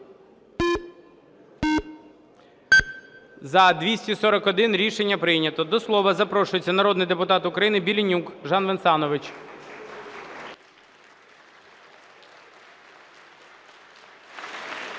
За-241 Рішення прийнято. До слова запрошується народний депутат України Беленюк Жан Венсанович.